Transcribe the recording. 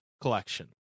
Collection